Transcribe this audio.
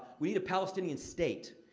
we need a palestinian state.